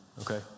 okay